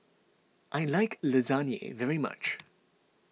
I like Lasagne very much